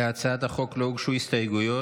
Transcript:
להצעת החוק לא הוגשו הסתייגויות,